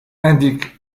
indiquent